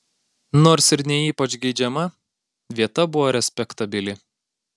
nors ir ne ypač geidžiama vieta buvo respektabili